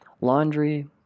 laundry